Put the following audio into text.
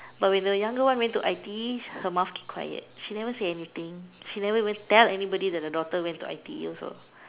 but when the younger one went to I_T_E her mouth keep quiet she never say anything she never even tell anybody that the daughter went to I_T_E also